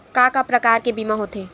का का प्रकार के बीमा होथे?